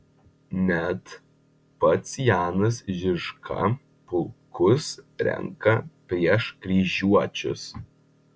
net pats janas žižka pulkus renka prieš kryžiuočius